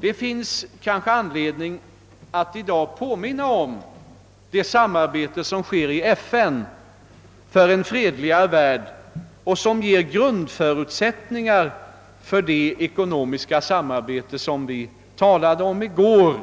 Det finns kanske anledning att i dag påminna om det samarbete, som sker i FN för en fredligare värld och som ger grundförutsättningar för det ekonomiska samarbete som vi talade om i går